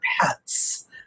pets